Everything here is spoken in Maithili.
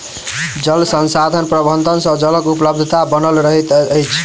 जल संसाधन प्रबंधन सँ जलक उपलब्धता बनल रहैत अछि